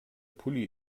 pulli